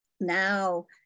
now